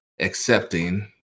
accepting